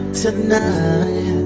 tonight